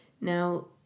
Now